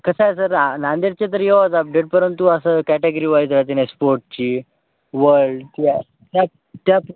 कसं आहे सर नांदेडचे तर येवोच अपडेट परंतु असं कॅटेगरी वाईज राहते नाही स्पोर्टची वर्ल्डची त्या त्या